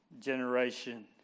generation